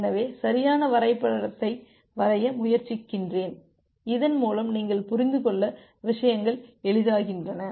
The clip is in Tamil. எனவே சரியான வரைபடத்தை வரைய முயற்சிக்கிறேன் இதன் மூலம் நீங்கள் புரிந்துகொள்ள விஷயங்கள் எளிதாகின்றன